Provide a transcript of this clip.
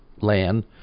land